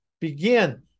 begin